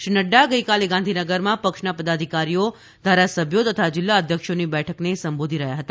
શ્રી નફા ગઈકાલે ગાંધીનગરમાં પક્ષના પદાધિકારીઓ ધારાસભ્યો તથા જિલ્લા અધ્યક્ષોની બેઠકને સંબોધી રહ્યા હતા